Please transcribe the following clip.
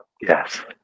Yes